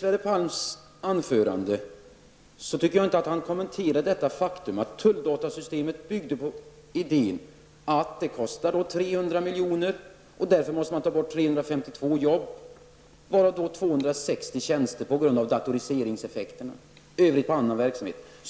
Fru talman! Jag tycker inte att Sverre Palm i sitt anförande kommenterade det faktum att tulldatasystemet byggde på idén att det skulle kosta 300 milj.kr. och att man därför måste ta bort 352 jobb, varav 260 tjänster på grund av datoriseringseffekterna. Man får